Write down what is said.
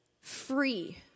Free